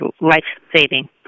life-saving